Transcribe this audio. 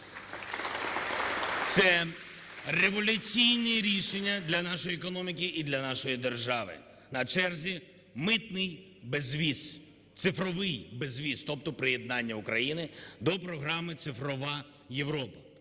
Це революційне рішення для нашої економіки і для нашої держави. На черзі – митний безвіз, цифровий безвіз, тобто приєднання України до програми "Цифрова Європа".